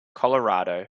colorado